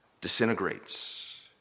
Disintegrates